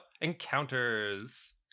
encounters